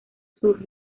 sus